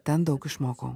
ten daug išmokau